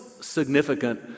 significant